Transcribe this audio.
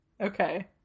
Okay